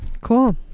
Cool